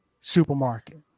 supermarket